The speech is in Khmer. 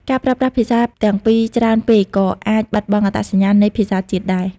ការប្រើប្រាស់ភាសាទាំងពីរច្រើនពេកក៏អាចបាត់បង់អត្តសញ្ញាណនៃភាសាជាតិដែរ។